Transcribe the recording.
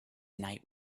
night